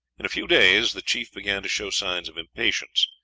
in a few days the chief began to show signs of impatience,